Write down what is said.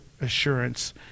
assurance